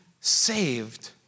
saved